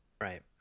Right